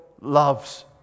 loves